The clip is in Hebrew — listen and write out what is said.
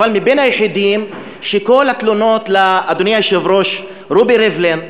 אבל מבין היחידים שכל התלונות לאדוני היושב-ראש רובי ריבלין,